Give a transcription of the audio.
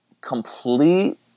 complete